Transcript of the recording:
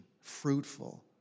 fruitful